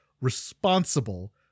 responsible